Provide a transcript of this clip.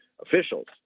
officials